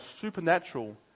supernatural